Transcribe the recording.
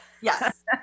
Yes